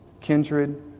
kindred